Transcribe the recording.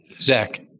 Zach